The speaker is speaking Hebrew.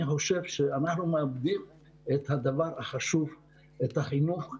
אני חושב שאנחנו מאבדים את הדבר החשוב, את החינוך,